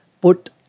put